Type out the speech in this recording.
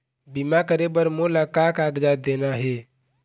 बीमा करे बर मोला का कागजात देना हे?